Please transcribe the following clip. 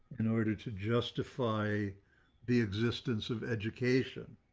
in order to justify the existence of education.